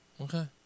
Okay